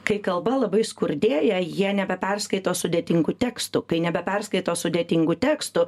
kai kalba labai skurdėja jie nebeperskaito sudėtingų tekstų kai nebeperskaito sudėtingų tekstų